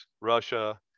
Russia